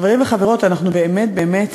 חברים וחברות, אנחנו באמת באמת,